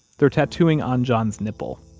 they're tattooing on john's nipple.